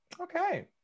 Okay